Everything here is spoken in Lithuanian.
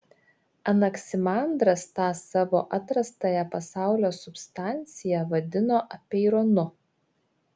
anaksimandras tą savo atrastąją pasaulio substanciją vadino apeironu